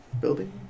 building